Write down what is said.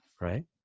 right